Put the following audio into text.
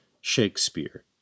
Shakespeare